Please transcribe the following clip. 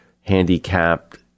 handicapped